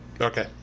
Okay